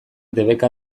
debeka